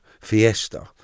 Fiesta